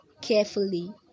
carefully